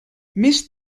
més